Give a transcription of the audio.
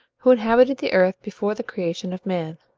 who inhabited the earth before the creation of man.